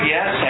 Yes